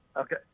okay